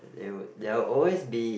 they would they're always be